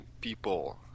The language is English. people